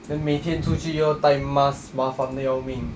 then 每天出去要戴 mask 麻烦的要命